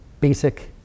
basic